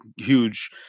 huge